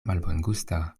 malbongusta